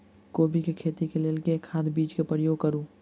कोबी केँ खेती केँ लेल केँ खाद, बीज केँ प्रयोग करू?